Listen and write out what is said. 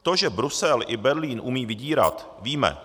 To, že Brusel i Berlín umí vydírat, víme.